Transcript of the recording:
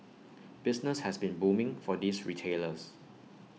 business has been booming for these retailers